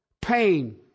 pain